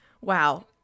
Wow